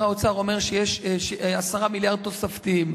האוצר אומר שיש 10 מיליארד תוספתיים.